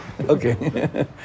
Okay